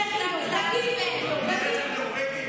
היא נורבגית?